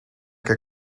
que